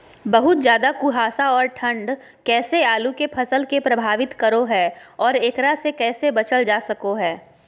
बहुत ज्यादा कुहासा और ठंड कैसे आलु के फसल के प्रभावित करो है और एकरा से कैसे बचल जा सको है?